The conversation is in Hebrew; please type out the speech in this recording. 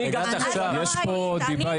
יש פה דיבה.